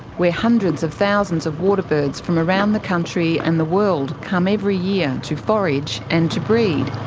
where hundreds of thousands of waterbirds from around the country and the world come every year to forage and to breed,